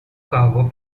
cargo